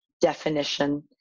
definition